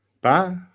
Bye